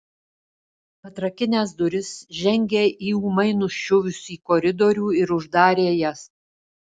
atrakinęs duris žengė į ūmai nuščiuvusį koridorių ir uždarė jas